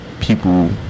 people